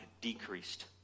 decreased